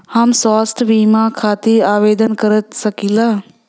हम स्वास्थ्य बीमा खातिर आवेदन कर सकीला?